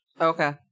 Okay